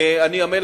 אני עמל,